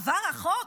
עבר החוק?